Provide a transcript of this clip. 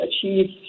achieve